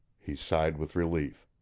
he sighed with relief.